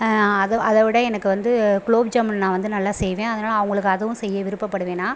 அதை அதை விட எனக்கு வந்து குலோப்ஜாமுல் நான் வந்து நல்லா செய்வேன் அதனால் அவங்களுக்கு அதுவும் செய்ய விருப்பப்படுவேன் நான்